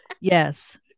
yes